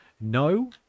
no